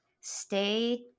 stay